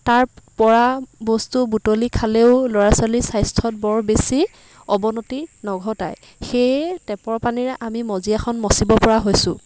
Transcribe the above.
তাৰ পৰা বস্তু বুটলি খালেও ল'ৰা ছোৱালীৰ স্বাস্থ্যত বৰ বেছি অৱনতি নঘটাই সেয়ে টেপৰ পানীৰে আমি মজিয়াখন মচিব পৰা হৈছোঁ